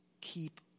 Keep